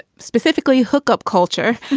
specifically hookup culture.